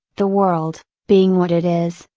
the world, being what it is,